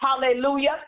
hallelujah